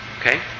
Okay